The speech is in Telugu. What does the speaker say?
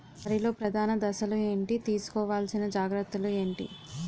వరిలో ప్రధాన దశలు ఏంటి? తీసుకోవాల్సిన జాగ్రత్తలు ఏంటి?